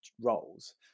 roles